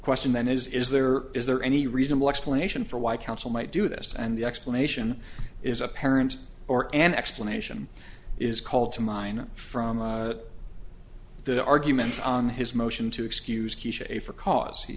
question then is is there is there any reasonable explanation for why counsel might do this and the explanation is apparent or an explanation is called to mine from the arguments on his motion to excuse key schafer cause he